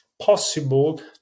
possible